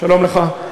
שלום לך,